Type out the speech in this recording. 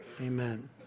Amen